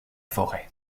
forêt